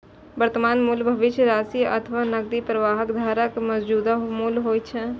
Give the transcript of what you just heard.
वर्तमान मूल्य भविष्यक राशि अथवा नकदी प्रवाहक धाराक मौजूदा मूल्य होइ छै